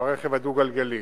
ברכב הדו-גלגלי.